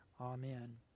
Amen